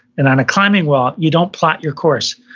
and on a climbing wall, you don't plot your course.